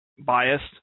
biased